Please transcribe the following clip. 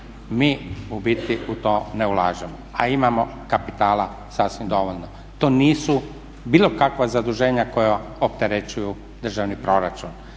mi u biti u to ne ulažemo, a imamo kapitala sasvim dovoljno. To nisu bilo kakva zaduženja koja opterećuju državni proračun